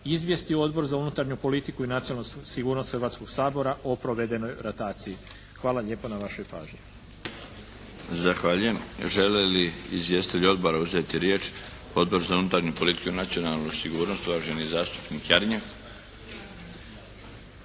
izvijesti Odbor za unutarnju politiku i nacionalnu sigurnost Hrvatskog sabora o provedenoj rotaciji. Hvala lijepo na vašoj pažnji. **Milinović, Darko (HDZ)** Zahvaljujem. Žele li izvjestitelji odbora uzeti riječ? Odbor za unutarnju politiku i nacionalnu sigurnost, uvaženi zastupnik Jarnjak.